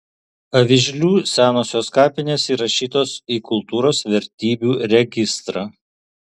avižlių senosios kapinės įrašytos į kultūros vertybių registrą